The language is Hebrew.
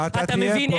אתה מבין?